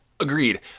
Agreed